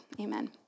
amen